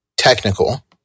Technical